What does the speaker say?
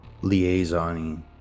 liaisoning